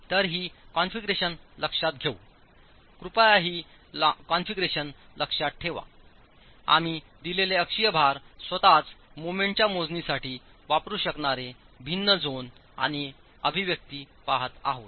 तर ही कॉन्फिगरेशन लक्षात घेऊ कृपया ही कॉन्फिगरेशन लक्षात ठेवा आम्ही दिलेले अक्षीय भार स्वतःच मोमेंटच्या मोजणीसाठी वापरू शकणारे भिन्न झोन आणि अभिव्यक्ती पहात आहोत